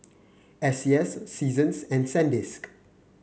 S C S Seasons and Sandisk